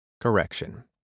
Correction